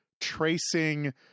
tracing